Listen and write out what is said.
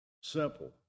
simple